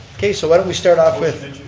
okay, so why don't we start off with